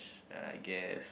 I guess